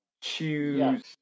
choose